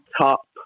top